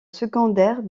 secondaire